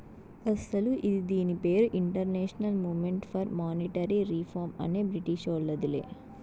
అస్సలు ఇది దీని పేరు international movement for monetary reform అనే బ్రిటీషోల్లదిలే